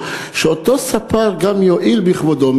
שאותו ספר יואיל בכבודו,